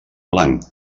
blanc